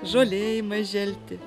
žolė ima želti